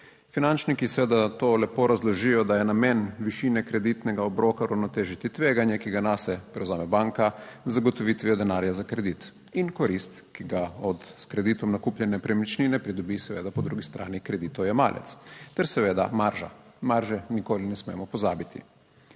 Finančniki seveda to lepo razložijo, da je namen višine kreditnega obroka uravnotežiti tveganje, ki ga nase prevzame banka z zagotovitvijo denarja za kredit in korist, ki ga od s kreditom nakupljene nepremičnine pridobi seveda po drugi strani kreditojemalec ter seveda marža, marže nikoli ne smemo pozabiti.